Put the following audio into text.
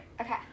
Okay